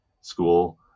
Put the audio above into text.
school